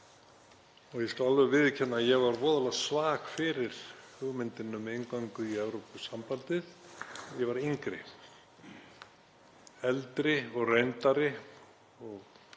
Ég skal alveg viðurkenna að ég var voðalega svag fyrir hugmyndinni um inngöngu í Evrópusambandið þegar ég var yngri. Eldri og reyndari og